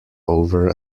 over